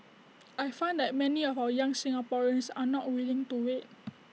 I find that many of our young Singaporeans are not willing to wait